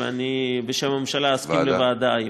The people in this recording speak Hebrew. ואני בשם הממשלה אסכים לוועדה,